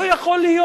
לא יכול להיות.